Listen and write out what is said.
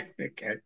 Okay